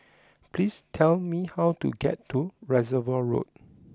please tell me how to get to Reservoir Road